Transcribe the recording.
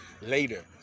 later